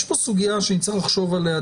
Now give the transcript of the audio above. יש פה סוגיה שנצטרך לחשוב עליה.